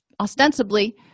ostensibly